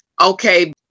Okay